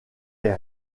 est